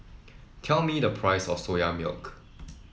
tell me the price of Soya Milk